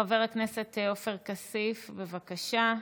חבר הכנסת עופר כסיף, בבקשה.